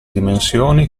dimensioni